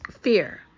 fear